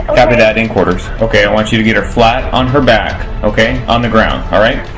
copy that in quarters. okay i want you to get her flat on her back okay. on the ground, alright.